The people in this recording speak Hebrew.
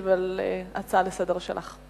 ישיב להצעה לסדר-היום שלך.